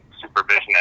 supervision